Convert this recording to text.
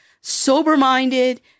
sober-minded